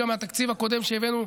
גם מהתקציב הקודם שהבאנו,